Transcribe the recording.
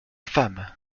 femme